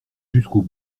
jusqu’au